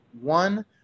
One